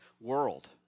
world